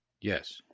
Yes